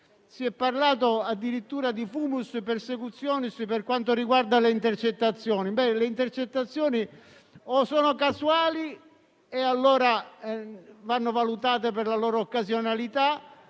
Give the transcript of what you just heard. Si è parlato addirittura di *fumus persecutionis* per quanto riguarda le intercettazioni. Ebbene, le intercettazioni o sono casuali, e allora vanno valutate per la loro occasionalità,